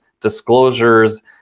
disclosures